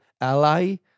Ally